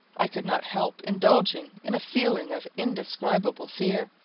i could not help indulging in a feeling of indescribable fear,